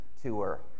tour